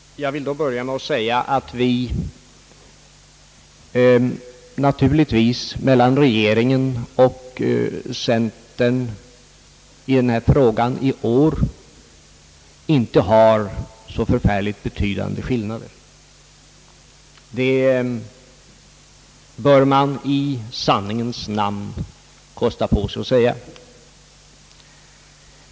Jag vill då börja med att säga att det i år inte råder så betydande meningsskiljaktigheter mellan regeringen och centern i denna fråga. Det bör man i sanningens namn kosta på sig att säga.